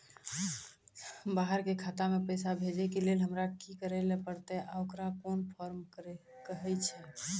बाहर के खाता मे पैसा भेजै के लेल हमरा की करै ला परतै आ ओकरा कुन फॉर्म कहैय छै?